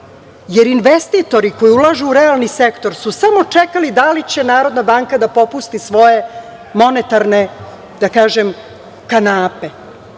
jer investitori koji ulažu u realni sektor su samo čekali da li će NBS da popusti svoje monetarne, da